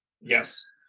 Yes